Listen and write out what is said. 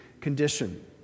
condition